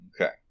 okay